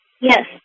Yes